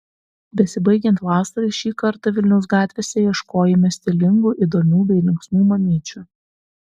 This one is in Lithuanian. besibaigiant vasarai šį kartą vilniaus gatvėse ieškojime stilingų įdomių bei linksmų mamyčių